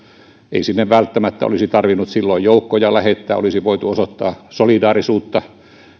ei sinne välttämättä olisi tarvinnut silloin joukkoja lähettää olisi voitu osoittaa solidaarisuutta